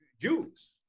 Jews